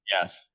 Yes